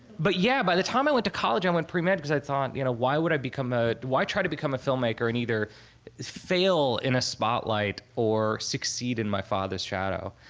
but yeah by the time i went to college, i went premed because i thought, you know why would i become a. why try to become a filmmaker and either fail in a spotlight or succeed in my father's shadow?